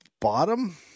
bottom